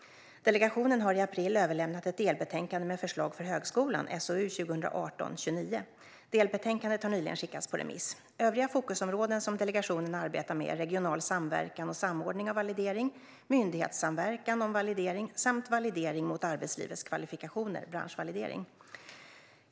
Delegationen överlämnade i april ett delbetänkande med förslag för högskolan, SOU 2018:29. Delbetänkandet har nyligen skickats på remiss. Övriga fokusområden som delegationen arbetar med är regional samverkan och samordning av validering, myndighetssamverkan om validering samt validering mot arbetslivets kvalifikationer, branschvalidering.